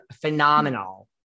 phenomenal